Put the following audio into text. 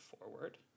forward